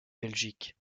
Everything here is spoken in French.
belgique